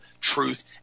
truth